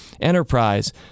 enterprise